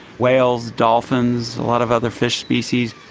whales, dolphins, a lot of other fish species.